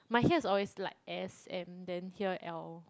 my here is always like S M then here L